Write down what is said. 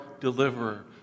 deliverer